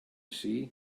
see